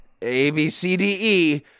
ABCDE